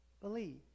believe